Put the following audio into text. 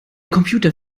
computer